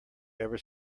ever